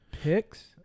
picks